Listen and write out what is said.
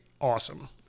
awesome